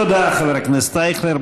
תודה, חבר הכנסת אייכלר.